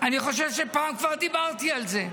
אני חושב שפעם כבר דיברתי על זה,